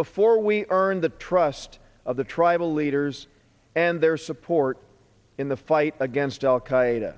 before we earn the trust of the tribal leaders and their support in the fight against al qaeda